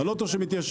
על אוטו שמתיישן.